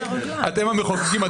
אתם המחוקקים,